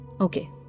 Okay